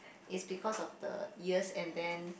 is because of the years and then